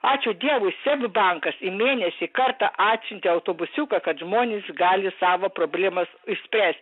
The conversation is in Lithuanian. ačiū dievui seb bankas į mėnesį kartą atsiuntė autobusiuką kad žmonės gali savo problemas išspręst